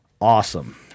awesome